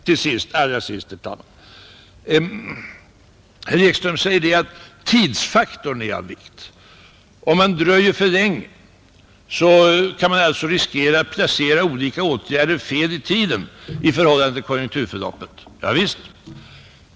Till sist säger herr Ekström att tidsfaktorn är av vikt — om man dröjer för länge kan man alltså riskera att placera olika åtgärder fel i tiden i förhållande till konjunkturförloppet. Ja visst.